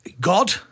God